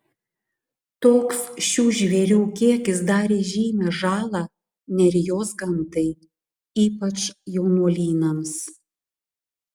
toks šių žvėrių kiekis darė žymią žalą nerijos gamtai ypač jaunuolynams